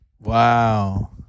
Wow